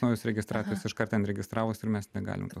naujos registracijos iškart ten registravos ir mes negalim to